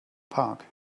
park